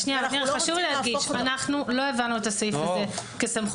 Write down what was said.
חשוב לי להגיד שאנחנו לא הבנו את הסעיף הזה כסמכות